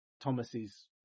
Thomas's